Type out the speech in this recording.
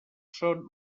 són